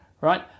right